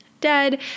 dead